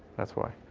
that's why.